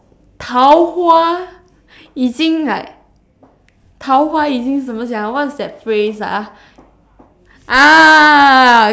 桃花已经 like 桃花已经怎么讲啊 what's that phrase ah ah